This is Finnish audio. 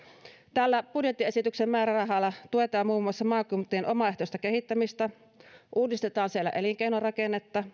tällä budjettiesityksen määrärahalla tuetaan muun muassa maakuntien omaehtoista kehittämistä uudistetaan elinkeinorakennetta